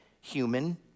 human